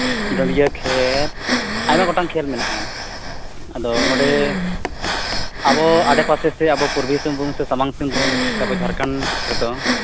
ᱰᱟᱺᱰᱭᱟᱹ ᱠᱷᱮᱹᱞ ᱟᱭᱢᱟ ᱜᱚᱴᱟᱝ ᱠᱷᱮᱹᱞ ᱢᱮᱱᱟᱜᱼᱟ ᱟᱫᱚ ᱱᱚᱸᱰᱮ ᱟᱵᱚ ᱟᱰᱮᱯᱟᱥᱮ ᱥᱮ ᱟᱵᱚ ᱯᱩᱨᱵᱤ ᱥᱤᱝᱵᱷᱩᱢ ᱥᱮ ᱥᱟᱢᱟᱝ ᱥᱤᱝᱵᱷᱩᱢ ᱥᱮ ᱟᱵᱚ ᱡᱷᱟᱲᱠᱷᱚᱸᱰ ᱨᱮᱫᱚ